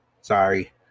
sorry